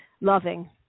loving